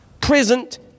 present